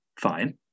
Fine